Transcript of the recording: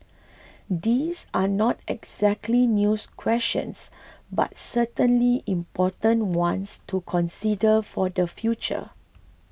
these are not exactly news questions but certainly important ones to consider for the future